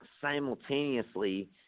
simultaneously